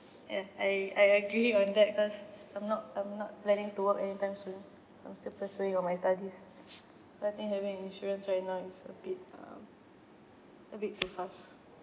ya I I agree on that cause I'm not I'm not planning to work anytime soon I'm still pursuing on my studies but I think having insurance right now it's a bit um a bit too fast